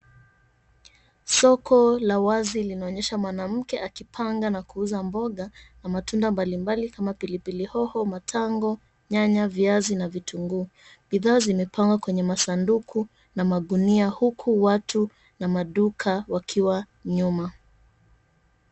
Soko la wazi linaonyesha mwanamke akipanga na kuuza mboga na matunda mbalimbali kama pilipili, matango, nyanya, viazi na vitunguu. Bidhaa zimepandwa kwenye masanduku na magunia huku watu na maduka wakiwa nyuma.